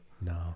No